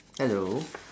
hello